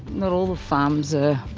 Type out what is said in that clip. not all farmers are